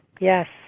yes